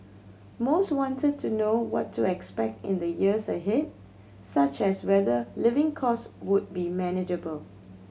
most wanted to know what to expect in the years ahead such as whether living cost would be manageable